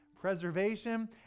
preservation